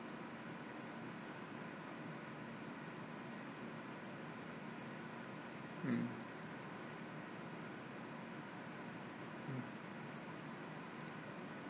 mm mm